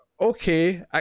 okay